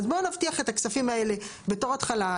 אז בואו נבטיח את הכספים האלה בתור התחלה,